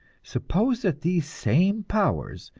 suppose that these same powers,